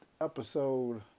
episode